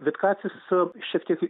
vitkacis šiek tiek